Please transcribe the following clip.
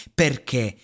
perché